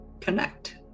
connect